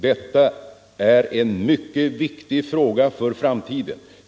Detta är en mycket viktig fråga för framtiden.